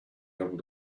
able